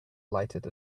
lighted